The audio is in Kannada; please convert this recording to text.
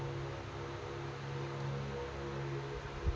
ಭತ್ತದ ಬೆಳಿಗೆ ಎಷ್ಟ ಪ್ರಮಾಣದಾಗ ಡಿ.ಎ.ಪಿ ಗೊಬ್ಬರ ಹಾಕ್ಬೇಕ?